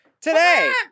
today